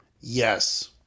Yes